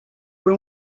fue